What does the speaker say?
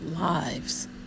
lives